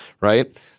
right